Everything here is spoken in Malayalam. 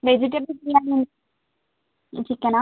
വെജിറ്റബിൾ ബിരിയാണി ഉണ്ട് ചിക്കനാ